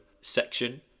section